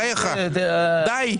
בחייך, די.